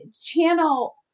channel